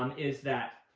um is that